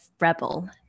rebel